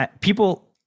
people